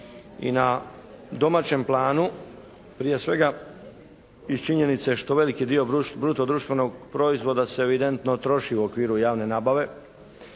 i na domaćem planu, prije svega iz činjenice što veliki dio bruto društvenog proizvoda se evidentno troši u okviru javne nabave,